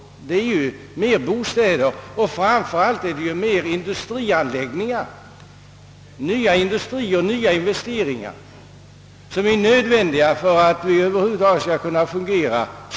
Ja, det är ju mer bostäder och framför allt mer industrianläggningar. Och nya industrier och nya investeringar är nödvändiga för att vårt folkhushåll över huvud taget skall kunna fungera.